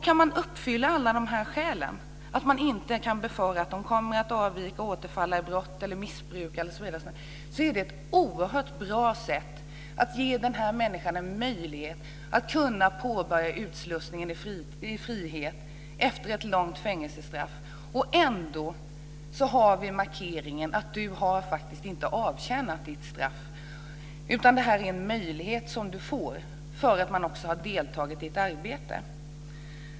Kan de uppfylla allt detta så att man inte behöver befara att de kommer att avvika, återfalla i brott eller missbruk, är det ett oerhört bra sätt att ge den här människan en möjlighet att påbörja utslussningen i frihet efter ett långt fängelsestraff. Ändå har vi markeringen att du faktiskt inte har avtjänat ditt straff, utan det här är en möjlighet som du får för att du deltagit i ett arbete.